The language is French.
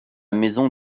maison